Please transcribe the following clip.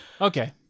Okay